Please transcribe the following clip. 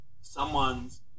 someone's